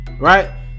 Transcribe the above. right